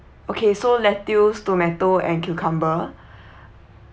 okay so lettuce tomato and cucumber